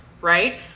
right